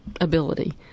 ability